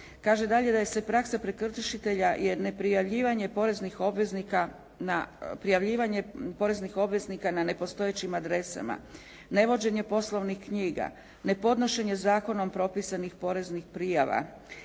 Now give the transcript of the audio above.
neprijavljivanje poreznih obveznika na, prijavljivanje poreznih obveznika na nepostojećim adresama, nevođenje poslovnih knjiga, nepodnošenje zakonom propisanih poreznih prijava.